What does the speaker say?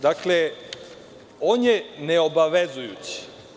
Dakle, on je neobavezujući.